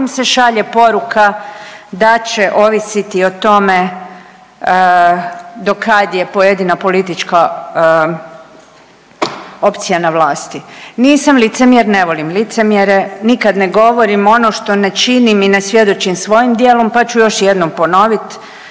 se šalje poruka da će ovisiti o tome do kad je pojedina politička opcija na vlasti. Nisam licemjer, ne volim licemjerje, nikad ne govorim ono što ne činim i ne svjedočim svojim djelom, pa ću još jednom ponovit